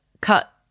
cut